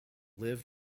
lived